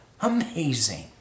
Amazing